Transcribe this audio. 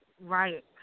right